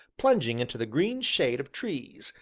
plunging into the green shade of trees,